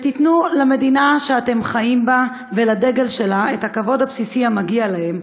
שתיתנו למדינה שאתם חיים בה ולדגל שלה את הכבוד הבסיסי המגיע להם,